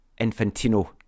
Infantino